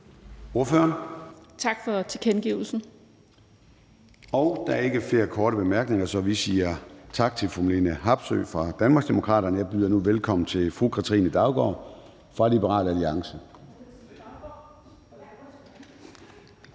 (Søren Gade): Der er ikke flere korte bemærkninger, så vi siger tak til fru Marlene Harpsøe fra Danmarksdemokraterne. Jeg byder nu velkommen til fru Katrine Daugaard fra Liberal Alliance.